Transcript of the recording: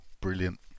Brilliant